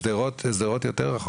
שדרות יותר רחוק.